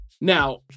Now